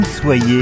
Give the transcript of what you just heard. soyez